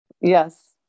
Yes